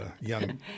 young